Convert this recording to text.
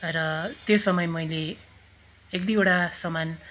र त्यो समय मैले एक दुईवटा सामान